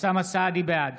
בעד